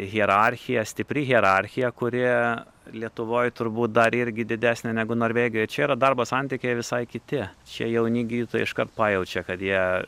hierarchija stipri hierarchija kuri lietuvoj turbūt dar irgi didesnė negu norvegijoj čia yra darbo santykiai visai kiti čia jauni gydytojai iškart pajaučia kad jie